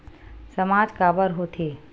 सामाज काबर हो थे?